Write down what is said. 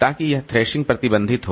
ताकि यह थ्रेशिंग प्रतिबंधित हो